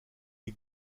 est